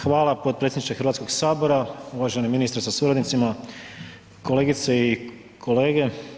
Hvala potpredsjedniče Hrvatskoga sabora, uvaženi ministre sa suradnicima, kolegice i kolege.